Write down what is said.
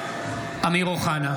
(קורא בשמות חברי הכנסת) אמיר אוחנה,